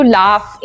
laugh